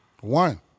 One